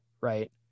right